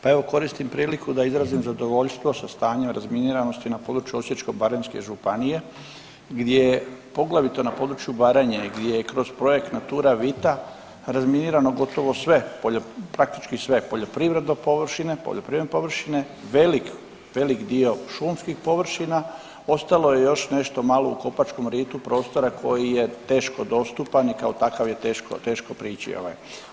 Pa evo koristim priliku da izrazim zadovoljstvo sa stanjem razminiranosti na području Osječko-baranjske županije gdje poglavito na području Baranje gdje je kroz projekt Naturavita razminirano gotovo sve, praktički sve poljoprivredne površine, poljoprivredne površine, velik, velik dio šumskih površina, ostalo je još nešto malo u Kopačkom ritu prostora koji je teško dostupan i kao takav je teško, teško prići ovaj.